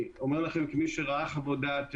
כמי שראה חוות דעת,